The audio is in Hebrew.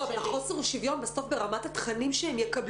אבל חוסר השוויון בסוף ברמת התכנים שהם יקבלו.